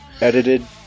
edited